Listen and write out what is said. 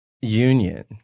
union